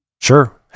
Sure